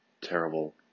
terrible